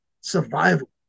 survival